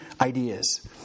ideas